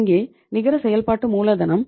இங்கே நிகர செயல்பாட்டு மூலதனம் 0